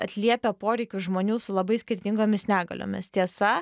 atliepia poreikius žmonių su labai skirtingomis negaliomis tiesa